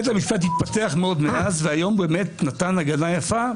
בית המשפט התפתח מאוד מאז והיום נתן הגנה יפה.